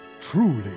Truly